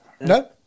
no